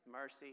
Mercy